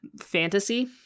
fantasy